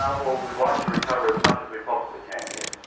ah well we'd like to recover as much as we possibly can, yes.